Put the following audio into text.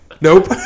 Nope